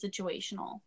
situational